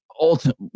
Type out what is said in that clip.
ultimate